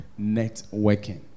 networking